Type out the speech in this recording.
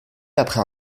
après